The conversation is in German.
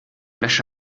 wäsche